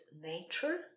nature